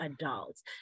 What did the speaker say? adults